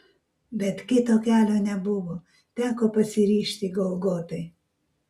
bet kito kelio nebuvo teko pasiryžti golgotai